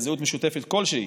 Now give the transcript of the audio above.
על זהות משותפת כלשהי,